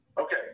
Okay